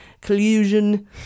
collusion